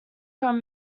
from